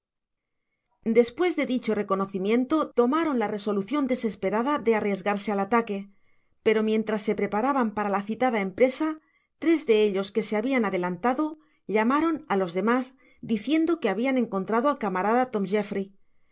despues de dicho reconocimiento tomaron la resolucion desesperada de arriesgarse al ataque pero mientras se preparaban para la citada empresa tres de ellos que se habian adelantado llamaron a los demas diciendo que habian encontrado al camarada tom